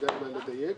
כדאי לדייק.